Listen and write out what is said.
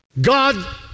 God